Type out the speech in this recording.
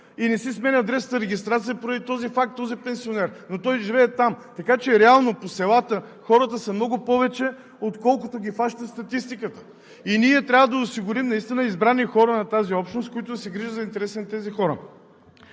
не си сменя адресната регистрация поради този факт, но той живее там. Така че реално по селата хората са много повече, отколкото ги хваща статистиката. Ние трябва да осигурим наистина избрани хора на тази общност, които да се грижат за интересите на тези хора.